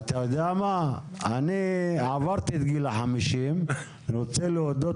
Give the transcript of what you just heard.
אני עברתי את גיל ה-50 ואני רוצה להודות